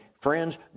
Friends